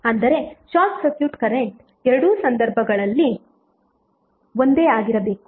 ಅಂದರೆ short circuit current ಎರಡೂ ಸಂದರ್ಭಗಳಲ್ಲಿ ಒಂದೇ ಆಗಿರಬೇಕು